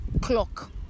clock